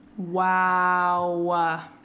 Wow